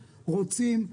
רוצים,